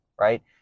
Right